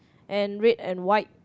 and red and white